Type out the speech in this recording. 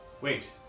Wait